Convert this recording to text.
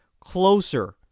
closer